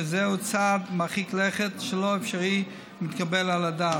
זהו צעד מרחיק לכת שלא אפשרי ומתקבל על הדעת.